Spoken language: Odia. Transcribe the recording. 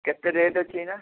କେତେ ରେଟ୍ ଅଛି ଏଇନା